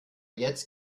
jetzt